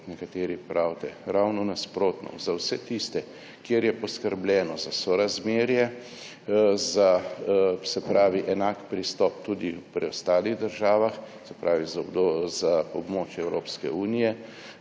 kot nekateri pravite. Ravno nasprotno, za vse tiste, kjer je poskrbljeno za sorazmerje, za enak pristop tudi v preostalih državah, se pravi za območje Evropske unije,